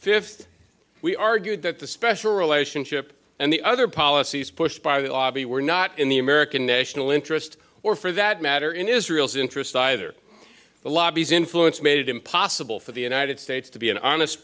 fifth we argued that the special relationship and the other policies pushed by the lobby were not in the american national interest or for that matter in israel's interest either the lobbies influence made it impossible for the united states to be an honest